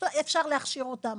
אפשר להכשיר אותם,